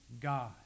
God